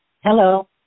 Hello